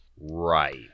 Right